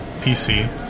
PC